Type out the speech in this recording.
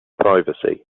privacy